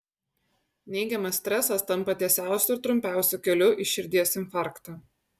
neigiamas stresas tampa tiesiausiu ir trumpiausiu keliu į širdies infarktą